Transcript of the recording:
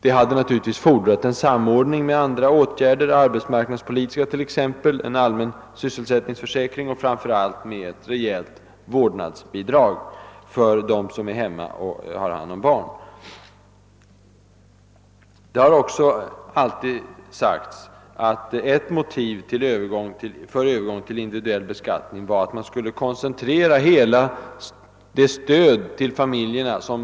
Det hade naturligtvis fordrat en samordning med andra åtgärder, t.ex. arbetsmarknadspolitiska, en allmän sysselsättningsförsäkring och framför allt med ett rejält vårdnadsbidrag för den som stannar hemma och tar hand om små barn. Det har också alltid anförts som ett motiv för en övergång till individuell beskattning att man velat koncentrera hela stödet till barnfamiljerna.